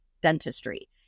dentistry